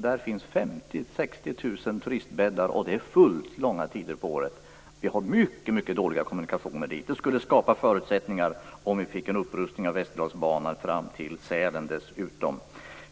Där finns 50 000-60 000 turistbäddar, och det är fullt under långa tider på året. Vi har mycket dåliga kommunikationer dit. En upprustning av Västerdalsbanan fram till Sälen skulle skapa förutsättningar.